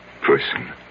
person